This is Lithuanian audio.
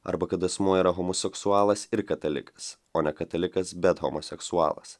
arba kad asmuo yra homoseksualas ir katalikas o ne katalikas bet homoseksualas